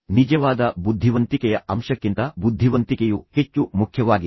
ನಿಜವಾದ ಬುದ್ಧಿವಂತಿಕೆಯ ಅಂಶಕ್ಕಿಂತ ಬುದ್ಧಿವಂತಿಕೆಯು ಹೆಚ್ಚು ಮುಖ್ಯವಾಗಿದೆ